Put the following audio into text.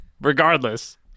Regardless